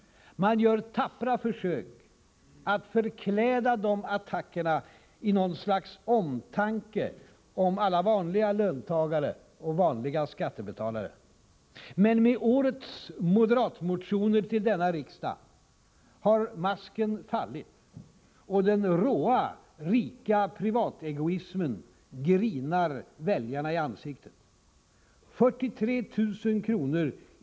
Man gör tappra försök att förkläda de attackerna i någon sorts omtanke om alla vanliga löntagare och vanliga skattebetalare. Men med årets moderatmotioner till denna riksdag har masken fallit, och den råa, rika privategoismen grinar väljarna i ansiktet; 43 000 kr.